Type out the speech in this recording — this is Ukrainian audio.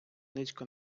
низько